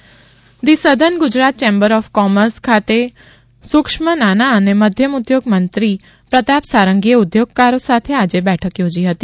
Pratap Sarangi the southern Gujarat chamber of commerce ખાતે સૂક્ષ્મ નાના અને મધ્યમ ઉદ્યોગમંત્રી પ્રતાપ સારંગીએ ઉદ્યોગકારો સાથે બેઠક યોજી હતી